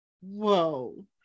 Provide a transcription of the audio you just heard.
whoa